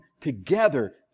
together